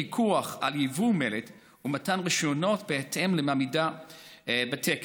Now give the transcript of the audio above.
פיקוח על ייבוא מלט ומתן רישיונות בהתאם לעמידה בתקן.